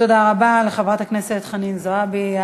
תודה רבה לחברת הכנסת חנין זועבי.